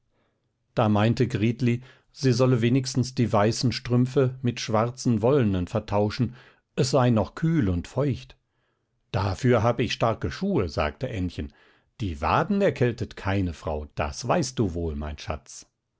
da meinte gritli sie sollte wenigstens die weißen strümpfe mit schwarzen wollenen vertauschen es sei noch kühl und feucht dafür hab ich starke schuhe sagte ännchen die waden erkältet keine frau das weißt du wohl mein schatz